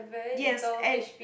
yes and